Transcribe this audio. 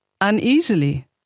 uneasily